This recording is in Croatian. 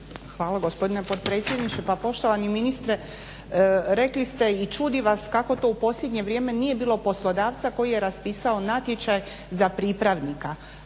Hvala gospodine potpredsjedniče. Pa poštovani ministre rekli ste i čudi vas kako u posljednje vrijeme nije bilo poslodavca koji je raspisao natječaj za pripravnika,